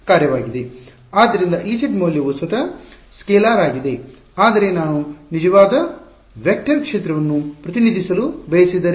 ಆದ್ದರಿಂದ Ez ಮೌಲ್ಯವು ಸ್ವತಃ ಸ್ಕೇಲಾರ್ ಆಗಿದೆ ಆದರೆ ನಾನು ನಿಜವಾದ ವೆಕ್ಟರ್ ಕ್ಷೇತ್ರವನ್ನು ಪ್ರತಿನಿಧಿಸಲು ಬಯಸಿದರೆ